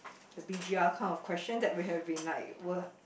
the B G R kind of question that we have been like were